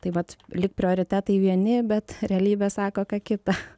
taip pat lyg prioritetai vieni bet realybė sako ką kita